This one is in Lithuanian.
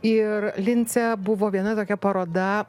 ir lince buvo viena tokia paroda